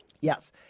Yes